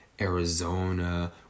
Arizona